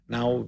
Now